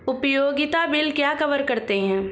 उपयोगिता बिल क्या कवर करते हैं?